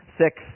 six